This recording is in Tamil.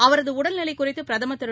அவரது உடல்நிலை குறித்து பிரதமர் திரு